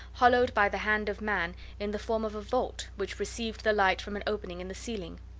hollowed by the hand of man in the form of a vault, which received the light from an opening in the ceiling.